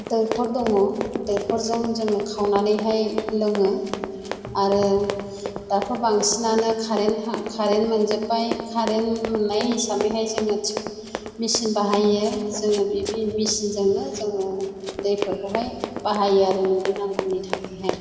दैखर दङ दैखरजों जोङो खावनानैहाय लोङो आरो दाथ' बांसिनानो कारेन्ट कारेन्ट मोनजोबबाय कारेन्ट मोननाय हिसाबैहाय जोङो मेचिन बाहायो जोङो बि मेचिनजोंनो जोङो दैफोरखौहाय बाहायो आरो न'नि नांगौनि थाखायहाय